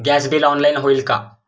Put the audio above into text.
Gas bill online होईल का?